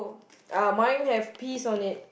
uh mine have peas on it